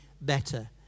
better